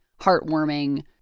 heartwarming